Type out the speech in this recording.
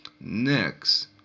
next